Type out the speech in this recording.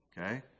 okay